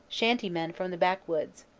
shanty-men from the back-woods,